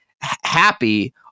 happy